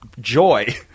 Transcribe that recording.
joy